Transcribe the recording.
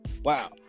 Wow